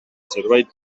zerbait